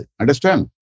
understand